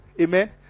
Amen